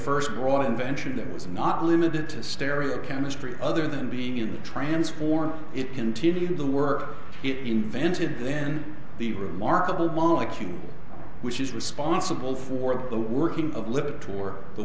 first brought invention that was not limited to stereo chemistry other than being a transformer it continued to work it invented then the remarkable molecule which is responsible for the working of live tour the